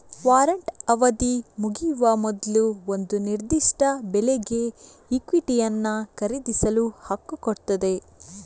warrant ಅವಧಿ ಮುಗಿಯುವ ಮೊದ್ಲು ಒಂದು ನಿರ್ದಿಷ್ಟ ಬೆಲೆಗೆ ಇಕ್ವಿಟಿಯನ್ನ ಖರೀದಿಸಲು ಹಕ್ಕು ಕೊಡ್ತದೆ